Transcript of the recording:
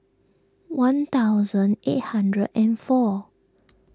one thousand eight hundred and four